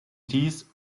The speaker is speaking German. dies